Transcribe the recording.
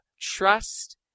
trust